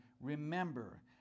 remember